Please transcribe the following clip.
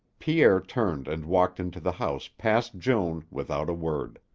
pierre turned and walked into the house past joan without a word.